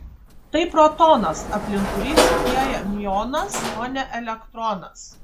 tai protonas aplink kurį skrieja miuonas o ne elektronas